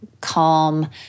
calm